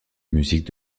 musique